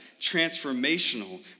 transformational